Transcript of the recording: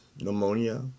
pneumonia